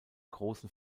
großen